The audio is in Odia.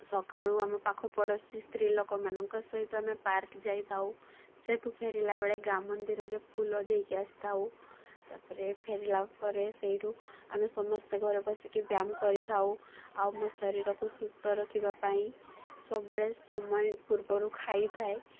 ସକାଳୁ ଆମ ପାଖ ପଡ଼ୋଶୀ ସ୍ତ୍ରୀ ଲୋକମାନଙ୍କ ସହିତ ଆମେ ପାର୍କ୍ ଯାଇଥାଉ ସେଠୁ ଫେରିଲା ବେଳେ ଗାଁ' ମନ୍ଦିରରେ ଫୁଲ ଦେଇକି ଆସିଥାଉ ତା'ପରେ ଫେରିଲା ପରେ ସେଇଠୁ ଆମେ ସମସ୍ତେ ଘରକୁ ଆସିକି ବ୍ୟାୟାମ କରିଥାଉ ଆଉ ମୋ ଶରୀରକୁ ସୁସ୍ଥ ରଖିବା ପାଇଁ ସବୁବେଳେ ସମୟ ପୂର୍ବରୁ ଖାଇଥାଏ